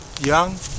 young